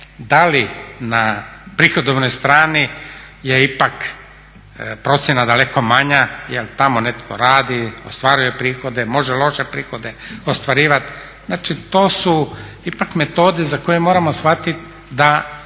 da li na prihodovnoj strani je ipak procjena daleko manja jel tamo netko radi, ostvaruje prihode, može loše prihode ostvarivat. Znači to su ipak metode za koje moramo shvatiti da